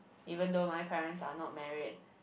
even though my parents are not married